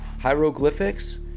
Hieroglyphics